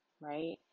right